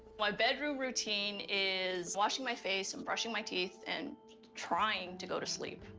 my bedroom routine is washing my face, and brushing my teeth, and trying to go to sleep.